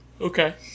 Okay